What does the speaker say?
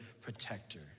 protector